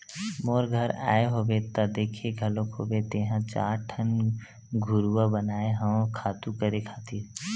मोर घर आए होबे त देखे घलोक होबे तेंहा चार ठन घुरूवा बनाए हव खातू करे खातिर